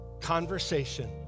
conversation